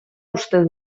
uste